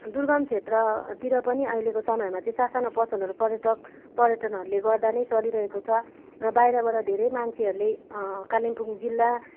दुर्गम क्षेत्रतिर पनि अहिलेको समयहरूमा चाहिँ सा साना पसलहरू पर्यटक पर्यटनहरूले गर्दा नै चलिरहेको छ र बाहिरबाट धेरै मान्छेहरूले कालिम्पोङ जिल्ला